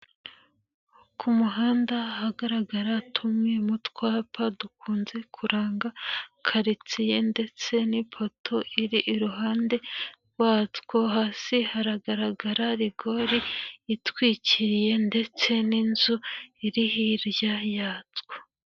Ku muhanda hagaragara tumwe mu twapa dukunze kuranga karitsiye ndetse n'ipoto iri iruhande rwatwo. Hasi haragaragara rigori itwikiriye ndetse n'inzu iri hirya yatwo.